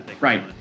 right